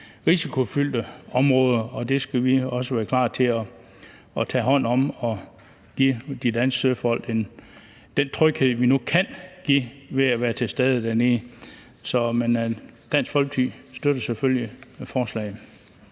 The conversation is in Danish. risikofyldte områder, og det skal vi også være klar til at tage hånd om, og vi skal give de danske søfolk den tryghed, vi nu kan give ved at være til stede dernede. Dansk Folkeparti støtter selvfølgelig forslaget.